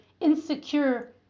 insecure